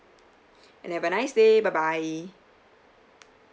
and have a nice day bye bye